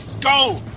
Go